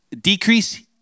decrease